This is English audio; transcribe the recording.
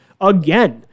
again